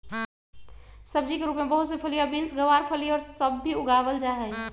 सब्जी के रूप में भी बहुत से फलियां, बींस, गवारफली और सब भी उगावल जाहई